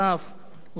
בנוסף,